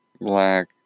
black